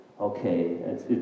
Okay